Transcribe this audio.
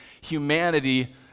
humanity